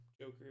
Joker